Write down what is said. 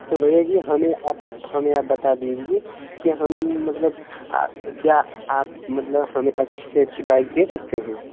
तो भैया जी हमें अब हमें अब बता दीजिये कि हम मतलब क्या आप मतलब हमें अच्छी से अच्छी बाइक दे सकते हैं